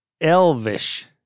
elvish